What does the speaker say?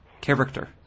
character